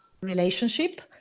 relationship